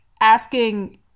asking